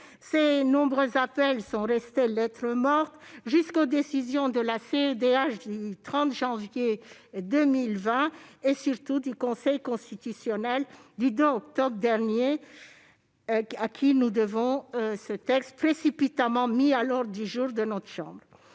Ces nombreux appels sont restés lettre morte jusqu'aux décisions de la CEDH du 30 janvier 2020 et surtout du Conseil constitutionnel du 2 octobre dernier- c'est à cette dernière décision que nous devons ce texte précipitamment mis à l'ordre du jour de notre chambre.